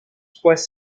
trois